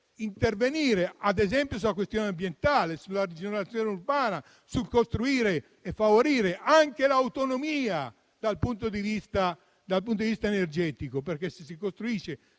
intervenire, ad esempio, sulla questione ambientale, sulla rigenerazione urbana, sul favorire e costruire anche l'autonomia dal punto di vista energetico; se si opera